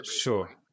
sure